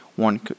One